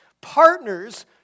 Partners